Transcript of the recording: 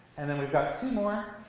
and then we've got two more.